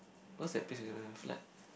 because that place is gonna flood